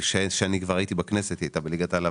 כשאני הייתי בכנסת היא הייתה בליגת העל,